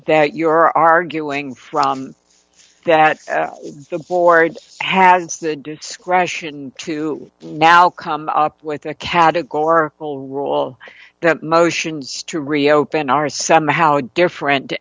that you're arguing from that the board has the discretion to now come up with a categorical rule that motions to reopen are somehow different